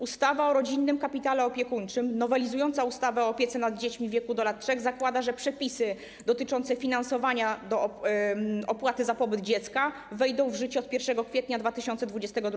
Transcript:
Ustawa o rodzinnym kapitale opiekuńczym nowelizująca ustawę o opiece nad dziećmi w wieku do lat 3 zakłada, że przepisy dotyczące finansowania opłaty za pobyt dziecka wejdą w życie od 1 kwietnia 2022 r.